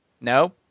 No